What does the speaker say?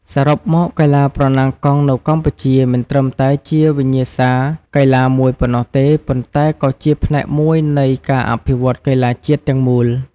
សរុបមក កីឡាប្រណាំងកង់នៅកម្ពុជាមិនត្រឹមតែជាវិញ្ញាសាកីឡាមួយប៉ុណ្ណោះទេ ប៉ុន្តែក៏ជាផ្នែកមួយនៃការអភិវឌ្ឍកីឡាជាតិទាំងមូល។